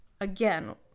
again